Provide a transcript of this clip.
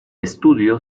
estudio